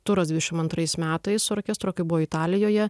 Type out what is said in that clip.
turas dvidešim antrais metais orkestro kai buvo italijoje